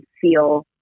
feel